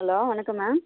hello வணக்கம் ma'am